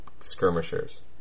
skirmishers